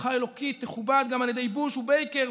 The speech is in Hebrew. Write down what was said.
הבטחה אלוקית תכובד גם על ידי בוש ובייקר,